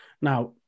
now